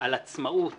על עצמאות